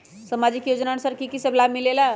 समाजिक योजनानुसार कि कि सब लाब मिलीला?